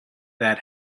that